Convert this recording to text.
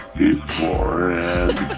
beforehand